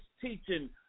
teaching